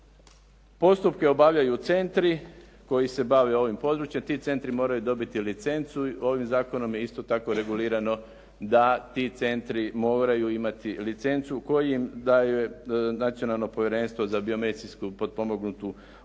Postupke obavljaju centri koji se bave ovim područjem. Ti centri moraju dobiti licencu. Ovim zakonom je isto tako regulirano da ti centri moraju imati licencu koju im daje Nacionalno povjerenstvo za biomedicinski potpomognutu oplodnju